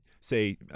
say